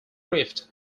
rift